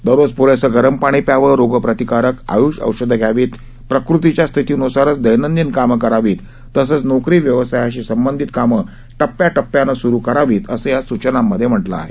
दररोज प्रेसं गरम पाणी प्यावं रोगप्रतिकारक आय्ष औषधं घ्यावित प्रकृतीच्या स्थितीन्सारच दैनंदिन कामं करावित तसंच नोकरी व्यवसायासाशी संबंधित कामं टप्प्याटप्प्यानं स्रु करावित असं या सूचनांमधे म्हटलं आहे